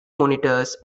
monitors